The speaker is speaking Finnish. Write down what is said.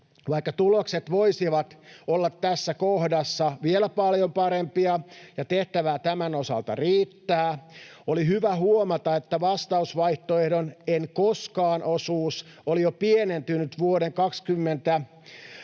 Vaikka tulokset voisivat olla tässä kohdassa vielä paljon parempia ja tehtävää tämän osalta riittää, oli hyvä huomata, että vastausvaihtoehdon ”en koskaan” osuus oli jo pienentynyt vuoden 2020